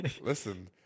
Listen